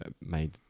made